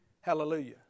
Hallelujah